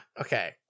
Okay